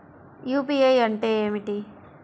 UPI అంటే ఏమిటీ?